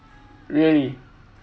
really